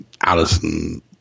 Allison